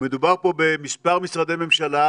ומדובר פה במספר משרדי ממשלה